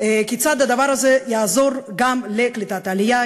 כיצד הדבר הזה יעזור גם לקליטת עלייה,